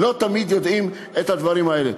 לא תמיד יודעים את הדברים האלה.